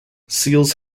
seals